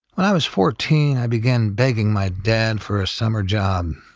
when i was fourteen, i began begging my dad for a summer job.